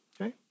Okay